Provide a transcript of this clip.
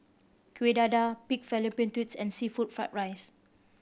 Kuih Dadar pig fallopian tubes and seafood fried rice